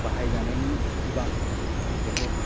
बाहायजानायनि बिबां बेथ'